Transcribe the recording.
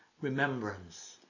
remembrance